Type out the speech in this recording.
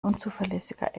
unzuverlässiger